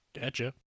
Gotcha